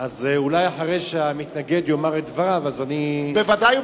אז אולי אחרי שהמתנגד יאמר את דבריו אני אסביר,